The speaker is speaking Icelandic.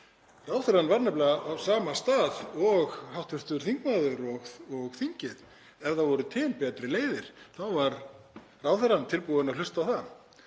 Ráðherrann var nefnilega á sama stað og hv. þingmaður og þingið. Ef það voru til betri leiðir þá var ráðherrann tilbúinn að hlusta á það